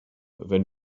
wenn